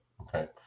Okay